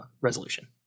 resolution